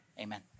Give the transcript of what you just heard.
Amen